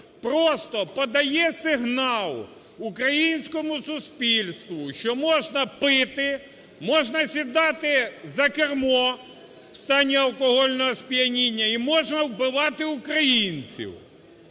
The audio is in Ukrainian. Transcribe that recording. просто подає сигнал українському суспільству, що можна пити, можна сідати за кермо в стані алкогольного сп'яніння і можна вбивати українців.